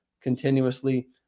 continuously